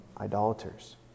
idolaters